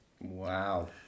Wow